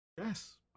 Yes